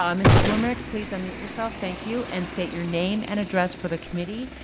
um mr. blumerich, please unmute yourself. thank you. and state your name and address for the committee.